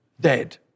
dead